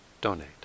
donate